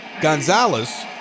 Gonzalez